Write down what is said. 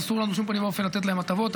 אסור לנו בשום פנים ואופן לתת להם הטבות.